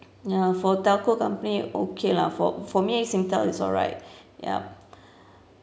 ya for telco company okay lah for for me singtel is alright yup